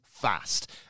Fast